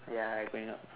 ya I going out